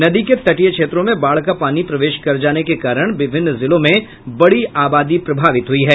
नदी के तटीय क्षेत्रों में बाढ़ का पानी प्रवेश कर जाने के कारण विभिन्न जिलों में बड़ी आबादी प्रभावित है